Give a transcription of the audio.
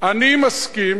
אני מסכים